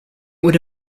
would